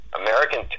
American